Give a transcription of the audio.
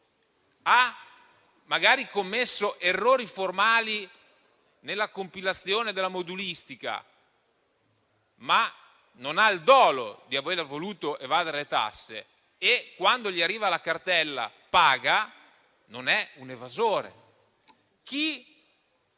chi ha commesso errori formali nella compilazione della modulistica, ma non ha il dolo di aver voluto evadere le tasse e quando gli arriva la cartella la paga, non è un evasore; chi